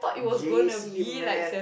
J_C maths